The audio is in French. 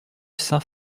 saint